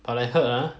but I heard ah